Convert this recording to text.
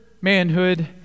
manhood